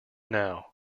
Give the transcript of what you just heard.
now